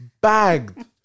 bagged